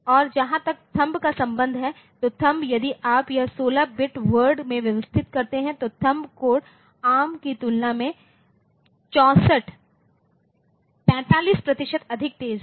और जहां तक थंब का संबंध है तो थंब यदि आप यह 16 बिट वर्डमें व्यवस्थित करते हैं तो thumb code A R M की तुलना में 45 प्रतिशत अधिक तेज है